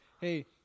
hey